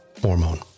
hormone